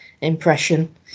impression